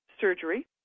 surgery